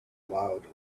loud